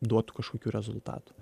duotų kažkokių rezultatų